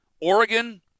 Oregon